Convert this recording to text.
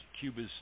Cuba's